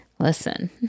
Listen